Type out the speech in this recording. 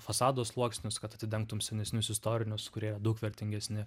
fasado sluoksnius kad atidengtum senesnius istorinius kurie daug vertingesni